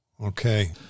Okay